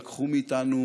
לקחו מאיתנו